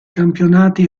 campionati